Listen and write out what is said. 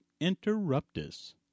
INTERRUPTUS